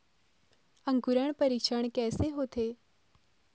अंकुरण परीक्षण कैसे होथे?